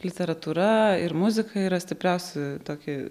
literatūra ir muzika yra stipriausi toki